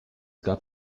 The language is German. gab